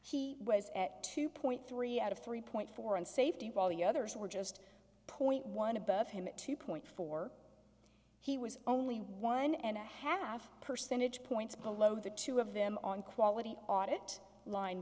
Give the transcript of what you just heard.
he was at two point three out of three point four in safety while the others were just point one above him two point four he was only one and a half percentage points below the two of them on quality audit line